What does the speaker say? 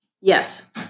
yes